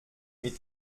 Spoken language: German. mit